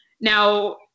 now